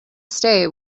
stay